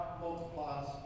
multiplies